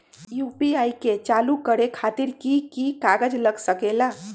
UPI के चालु करे खातीर कि की कागज़ात लग सकेला?